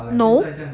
no